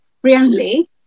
friendly